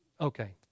Okay